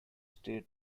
state